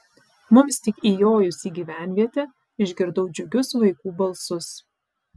mums tik įjojus į gyvenvietę išgirdau džiugius vaikų balsus